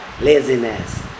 Laziness